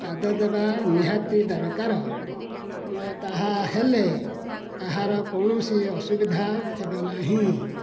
ପାଦ ଦେବା ନିହାତି ଦରକାର ତାହା ହେଲେ କାହାର କୌଣସି ଅସୁବିଧା ହେବ ନାହିଁ